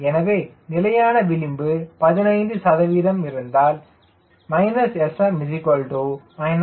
எனவே நிலையானது விளிம்பு 15 சதவீதம் இருந்தால் CmCL SM 0